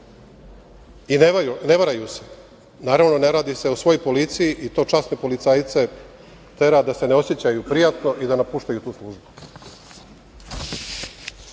i ne varaju se. Naravno, ne radi se o svoj policiji i to časne policajce tera da se ne osećaju prijatno i da napuštaju tu službu. Građani